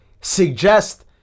suggest